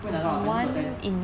put a lot ah twenty percent